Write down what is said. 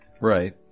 Right